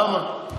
למה?